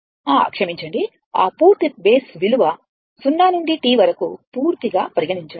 ఆ క్షమించండి ఆ పూర్తి బేస్ విలువ 0 నుండి T వరకు పూర్తిగా పరిగణించాలి